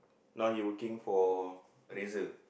now he working for Razor